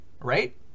right